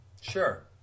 Sure